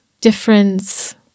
difference